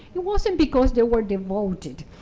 it wasn't because they were devoted.